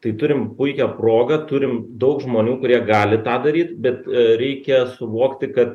tai turim puikią progą turim daug žmonių kurie gali tą daryt bet reikia suvokti kad